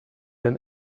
than